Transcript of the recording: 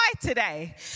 today